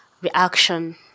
reaction